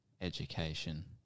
education